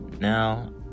now